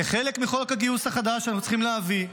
כחלק מחוק הגיוס החדש שאנחנו צריכים להביא,